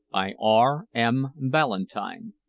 by r m. ballantyne.